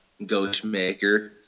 Ghostmaker